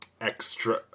extra